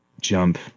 jump